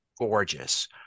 gorgeous